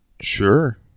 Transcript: sure